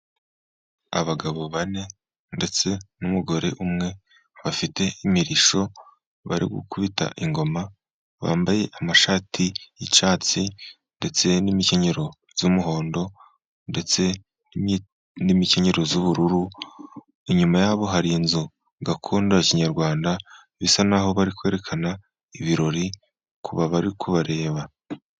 Abagabo bane ndetse n'umugore umwe bafite imirishyo bari gukubita ingoma, bambaye amashati y'icyatsi ndetse n'imikenyero y'umuhondo ndetse n'imikenyero y'ubururu, inyuma yabo hari inzu gakondo ya kinyarwanda, bisa n'aho bari kwerekana ibirori ku bari kubareba.